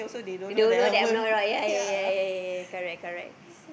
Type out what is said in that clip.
you don't know them well lah ya ya ya ya ya correct correct